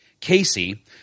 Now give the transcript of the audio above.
Casey